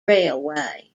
railway